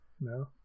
No